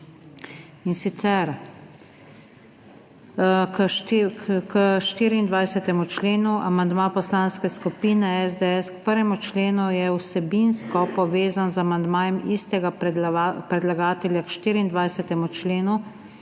in sicer k 24. členu. Amandma Poslanske skupine SDS k 1. členu je vsebinsko povezan z amandmajem istega predlagatelja k 24. členu,